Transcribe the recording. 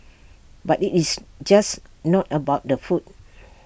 but IT is just not about the food